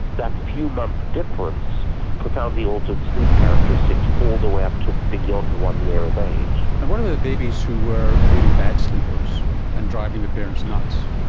that few months difference profoundly altered sleep characteristics all the way up to beyond one year of age. and what about the babies who were really bad sleepers and driving the parents nuts?